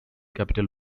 capital